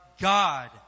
God